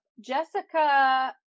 Jessica